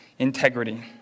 integrity